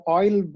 oil